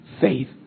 Faith